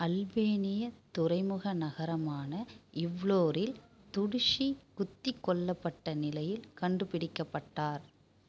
அல்பேனிய துறைமுக நகரமான இவ்லோரில் துடுஷி குத்திக் கொல்லப்பட்ட நிலையில் கண்டுபிடிக்கப்பட்டார்